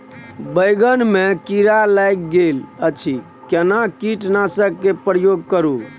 बैंगन में कीरा लाईग गेल अछि केना कीटनासक के प्रयोग करू?